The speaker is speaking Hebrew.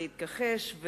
להתכתש,